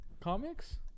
Comics